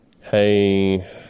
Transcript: hey